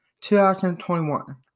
2021